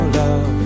love